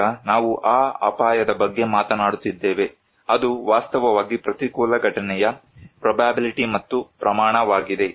ಈಗ ನಾವು ಆ ಅಪಾಯದ ಬಗ್ಗೆ ಮಾತನಾಡುತ್ತಿದ್ದೇವೆ ಅದು ವಾಸ್ತವವಾಗಿ ಪ್ರತಿಕೂಲ ಘಟನೆಯ ಪ್ರೊಬ್ಯಾಬಿಲ್ಟಿ ಮತ್ತು ಪ್ರಮಾಣವಾಗಿದೆ